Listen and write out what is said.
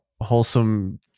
wholesome